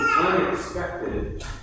unexpected